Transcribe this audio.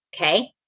Okay